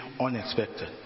unexpected